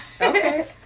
Okay